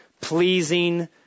pleasing